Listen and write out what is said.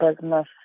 business